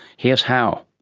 here's how.